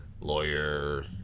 Lawyer